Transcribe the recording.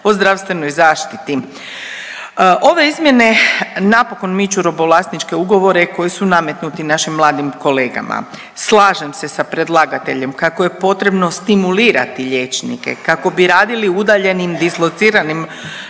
o zdravstvenoj zaštiti. Ove izmjene napokon miču robovlasničke ugovore koji su nametnuti našim mladim kolegama. Slažem se sa predlagateljem kako je potrebno stimulirati liječnike kako bi radili u udaljenim, dislociranim